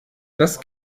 das